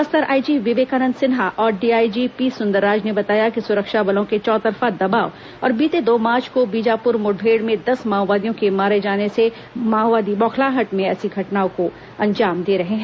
Bastar IG Vivekanand Sinha और DIG P Sundarraj ने बताया कि सुरक्षा बलों के चौतरफा दबाव और बीते दो मार्च को बीजापुर मुठभेड़ में दस माओवादियों के मारे जाने से माओवादी बौखलाहट में ऐसी घटनाओं को अंजाम दे रहे हैं